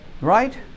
right